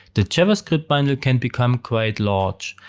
the javascript bundle can become quite large,